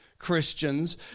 Christians